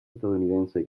estadounidense